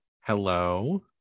Hello